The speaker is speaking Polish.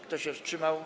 Kto się wstrzymał?